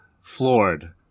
floored